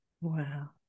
Wow